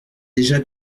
déjà